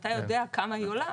שאתה יודע כמה היא עולה,